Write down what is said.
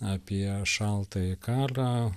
apie šaltąjį karą